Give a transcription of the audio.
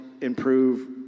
improve